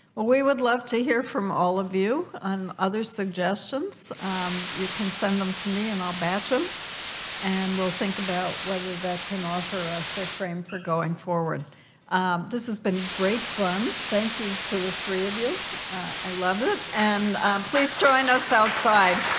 well we would love to hear from all of you on other suggestions um you can send them to me and i'll batch them um and we'll think about whether that can offer us a frame for going forward this has been great fun thank you to the three of you i love it and please join us outside